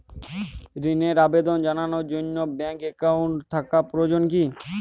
ঋণের আবেদন জানানোর জন্য ব্যাঙ্কে অ্যাকাউন্ট থাকা প্রয়োজন কী?